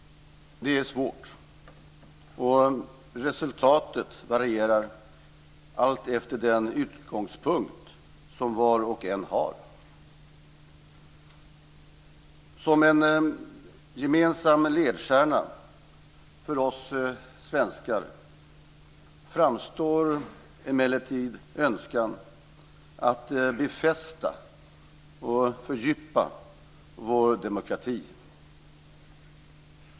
Det är svårt. Och resultatet varierar alltefter den utgångspunkt som var och en har. Som en gemensam ledstjärna för oss svenskar framstår emellertid önskan att befästa och fördjupa vår demokrati.